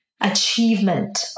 achievement